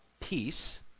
peace